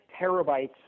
terabytes